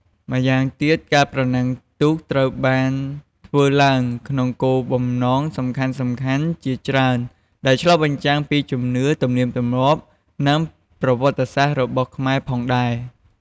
ម្យ៉ាងទៀតការប្រណាំងទូកត្រូវបានធ្វើឡើងក្នុងគោលបំណងសំខាន់ៗជាច្រើន ដែលឆ្លុះបញ្ចាំងពីជំនឿ ទំនៀមទម្លាប់ និងប្រវត្តិសាស្ត្ររបស់ខ្មែរផងដែរ។